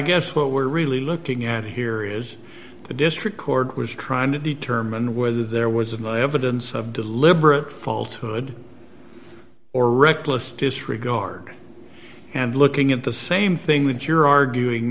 guess what we're really looking at here is the district court was trying to determine whether there was evidence of deliberate fault good or reckless disregard and looking at the same thing with you're arguing